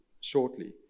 shortly